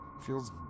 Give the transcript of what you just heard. Feels